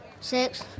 Six